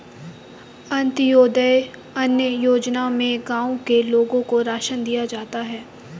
अंत्योदय अन्न योजना में गांव के लोगों को राशन दिया जाता है